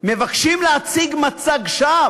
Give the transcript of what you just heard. מבקשים להציג מצג שווא